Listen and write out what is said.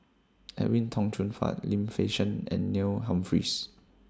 Edwin Tong Chun Fai Lim Fei Shen and Neil Humphreys